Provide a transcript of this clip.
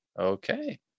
Okay